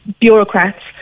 bureaucrats